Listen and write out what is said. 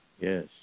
Yes